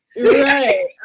Right